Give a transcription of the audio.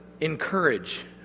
encourage